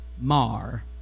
mar